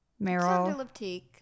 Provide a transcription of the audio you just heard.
meryl